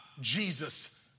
Jesus